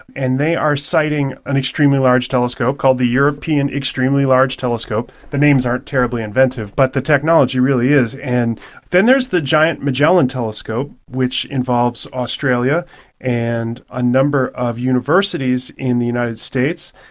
and they are citing an extremely large telescope called the european extremely large telescope, the names aren't terribly inventive but the technology really is. and then there's the giant magellan telescope which involves australia and a number of universities in the united states,